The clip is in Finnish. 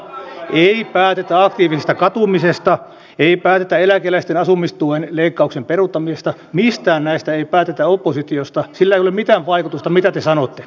viinipäätetä aktiivisesta katumisesta ei päätetä eläkeläisten asumistuen leikkauksen peruuttamisesta mistään näistä ei päätetä oppositiosta sille mitään vaikutusta mitä te sanotte